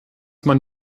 man